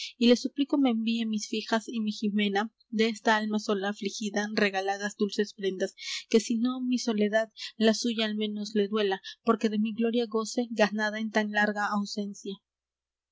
le suplico me envíe mis fijas y mi jimena desta alma sola afligida regaladas dulces prendas que si nó mi soledad la suya al menos le duela porque de mi gloria goce ganada en tan larga ausencia